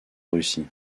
russie